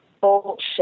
bullshit